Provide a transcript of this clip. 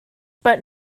but